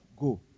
go